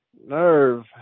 nerve